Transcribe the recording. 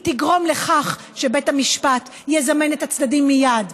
היא תגרום לכך שבית המשפט יזמן את הצדדים מייד,